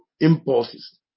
impulses